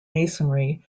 masonry